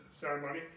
ceremony